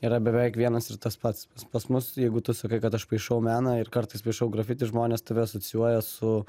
yra beveik vienas ir tas pats pas mus jeigu tu sakai kad aš paišau meną ir kartais paišau grafiti žmonės tave asocijuoja su